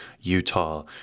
Utah